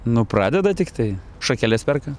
nu pradeda tiktai šakeles perka